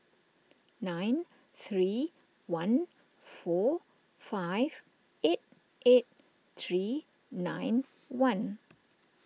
nine three one four five eight eight three nine one